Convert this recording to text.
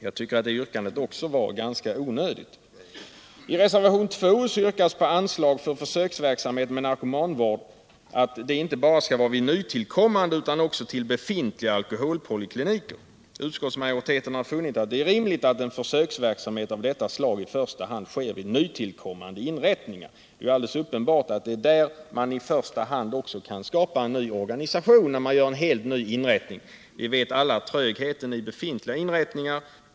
Jag tycker att reservanternas yrkande också i den delen är ganska onödigt. I reservation 2 yrkas på anslag för försöksverksamhet med narkomanvård inte bara vid nytillkommande utan också vid befintliga alkoholpolikliniker. Utskottsmajoriteten har funnit att det är rimligt att en försöksverksamhet av detta slag i första hand sker vid nytillkommande inrättningar. Det är alldeles uppenbart att det är där man i första hand kan skapa en ny organisation. Vi vet alla hur det är med trögheten i befintliga inrättningar.